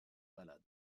malade